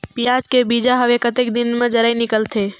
पियाज के बीजा हवे कतेक दिन मे जराई निकलथे?